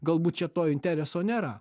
galbūt čia to intereso nėra